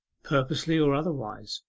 purposely or otherwise.